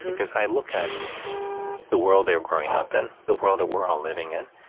because i look at the world they're growing up in, the world that we're all living in.